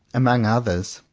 among others,